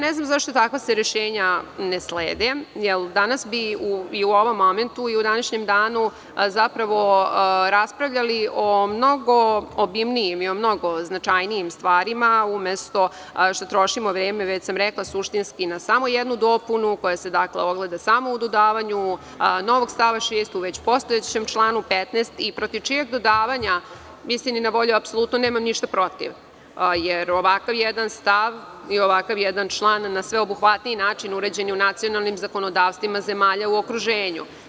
Ne znam zašto se takva rešenja ne slede, jer danas bi i u ovom momentu i u današnjem danu zapravo raspravljali o mnogo obimnijim i o mnogo značajnijim stvarima umesto što trošimo vreme, već sam rekla, na samo jednu dopunu koja se ogleda samo u dodavanju novog stava 6. u već postojećem članu 15. i protiv čijeg dodavanja istini na volju nemam ništa protiv, jer ovakav jedan stav i ovakav jedan član na sve obuhvatniji način uređen je u nacionalnim zakonodavstvima zemalja u okruženju.